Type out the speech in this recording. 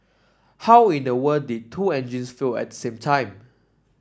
how in the world did two engines at the same time